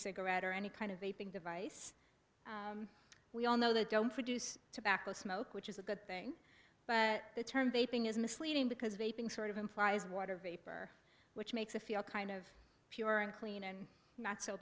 cigarette or any kind of a ping device we all know they don't produce tobacco smoke which is a good thing but the term they ping is misleading because of a ping sort of implies water vapor which makes it feel kind of pure and clean and not so